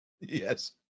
Yes